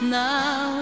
now